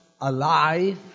alive